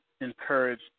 encourage